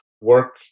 work